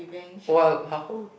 !walao!